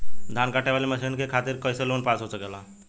धान कांटेवाली मशीन के खातीर कैसे लोन पास हो सकेला?